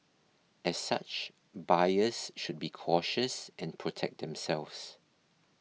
as such buyers should be cautious and protect themselves